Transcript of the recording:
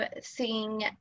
seeing